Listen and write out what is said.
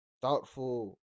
thoughtful